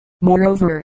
moreover